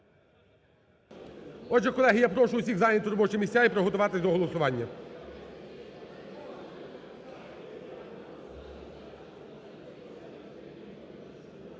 Отже, колеги, я прошу усіх зайняти робочі місця і приготуватись до голосування.